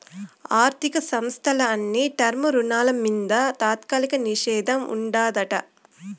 ఆర్థిక సంస్థల అన్ని టర్మ్ రుణాల మింద తాత్కాలిక నిషేధం ఉండాదట